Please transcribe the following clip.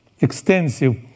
extensive